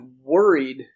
worried